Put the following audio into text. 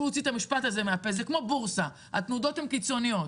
הוציא את המשפט הזה מהפה זה יצר תנודות קיצוניות.